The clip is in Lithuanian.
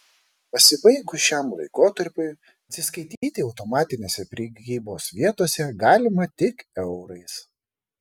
pasibaigus šiam laikotarpiui atsiskaityti automatinėse prekybos vietose galima tik eurais